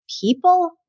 people